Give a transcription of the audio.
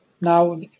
now